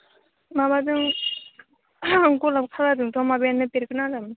माबाजों गलाब खालारजोंथ' माबायानो बेरगोन आरो